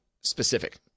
specific